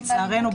לצערנו,